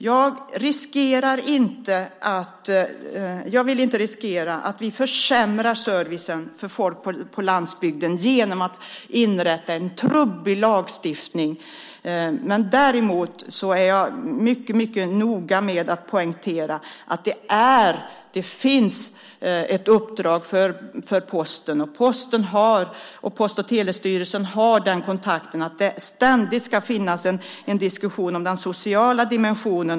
Jag vill inte riskera att vi försämrar servicen för folk på landsbygden genom att inrätta en trubbig lagstiftning. Däremot är jag mycket noga med att poängtera att det finns ett uppdrag för Posten. Posten och Post och telestyrelsen har en kontakt där det ständigt ska finnas en diskussion om den sociala dimensionen.